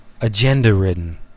Agenda-ridden